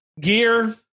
Gear